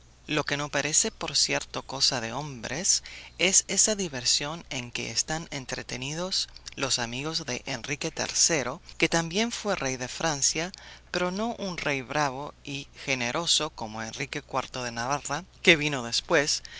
lo que no parece por cierto cosa de hombres es esa diversión en que están entretenidos los amigos de enrique iii que también fue rey de francia pero no un rey bravo y generoso como enrique iv de navarra que vino después